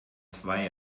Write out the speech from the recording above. zwei